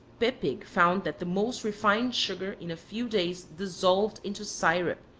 poeppig found that the most refined sugar in a few days dissolved into sirup,